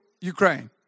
Ukraine